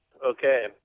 Okay